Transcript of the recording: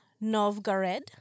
Novgorod